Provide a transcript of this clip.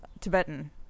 Tibetan